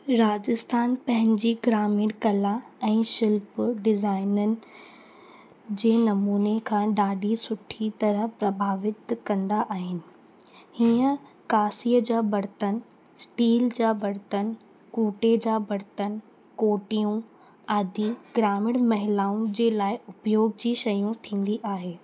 राजस्थान पंहिंजी ग्रामीण कला ऐं शिल्प डिज़ाइननि जे नमूने खां ॾाढी सुठी तरह प्रभावित कंदा आहिनि हीअं कासीअ जा बर्तन स्टील जा बर्तन कूटे जा बर्तन कोटियूं आदि ग्रामीण महिलउनि जे लाइ उपयोग जी शयूं थींदी आहे